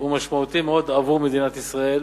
הוא משמעותי מאוד עבור מדינת ישראל,